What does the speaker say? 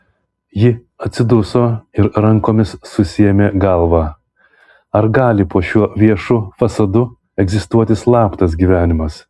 ji atsiduso ir rankomis susiėmė galvą ar gali po šiuo viešu fasadu egzistuoti slaptas gyvenimas